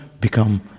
become